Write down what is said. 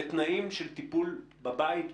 בתנאים של טיפול בבית,